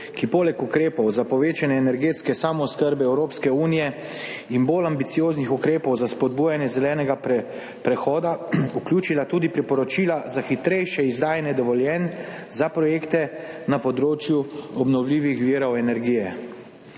poleg ukrepov za povečanje energetske samooskrbe Evropske unije in bolj ambicioznih ukrepov za spodbujanje zelenega prehoda vključila tudi priporočila za hitrejše izdajanje dovoljenj za projekte na področju obnovljivih virov energije.